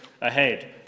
ahead